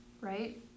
right